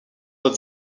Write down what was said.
that